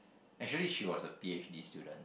actually she was a p_h_d student